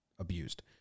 abused